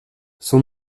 son